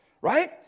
right